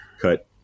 cut